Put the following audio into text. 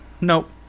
nope